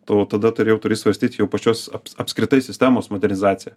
tu tada turi turi jau svarstyt jau pačios aps apskritai sistemos modernizaciją